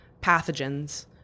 pathogens